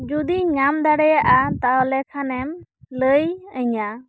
ᱡᱩᱫᱤᱧ ᱧᱟᱢ ᱫᱟᱲᱮᱭᱟᱜᱼᱟ ᱛᱟᱦᱚᱞᱮ ᱠᱷᱟᱱ ᱮᱢ ᱞᱟᱹᱭ ᱟᱹᱧᱟᱹ